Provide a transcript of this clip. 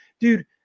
dude